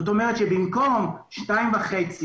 זאת אומרת שבמקום 2.5,